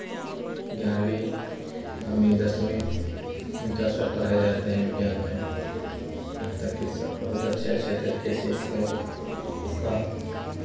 ग्यारहवी नौवीं दसवीं इंटर तक पढ़ाए जाते हैं विज्ञान में यहाँ तक कि स बहुत अच्छे अच्छे तरीके से इसके इसका